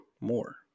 more